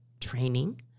training